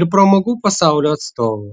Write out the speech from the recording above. ir pramogų pasaulio atstovų